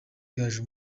gaju